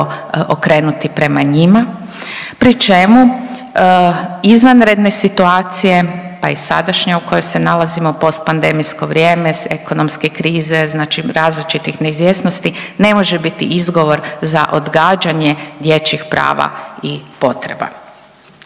okrenuti prema njima pri čemu izvanredne situacije, pa i sadašnja u kojoj se nalazimo post pandemijsko vrijeme, ekonomske krize, znači različitih neizvjesnosti ne može biti izgovor za odgađanje dječjih prava i potreba.